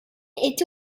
est